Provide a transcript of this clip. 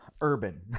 Urban